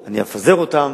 אני אבצע את השימוע,